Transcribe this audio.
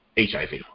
HIV